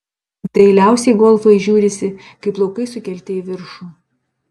dailiausiai golfai žiūrisi kai plaukai sukelti į viršų